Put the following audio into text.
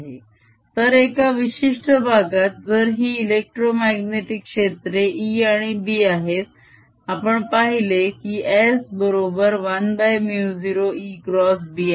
Lrp तर एका विशिष्ट भागात जर ही इलेक्ट्रोमाग्नेटीक क्षेत्रे E आणि B आहेत आपण पहिले की S बरोबर 1μ0 ExB आहे